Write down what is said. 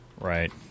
Right